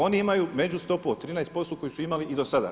Oni imaju međustopu od 13% koju su imali i do sada.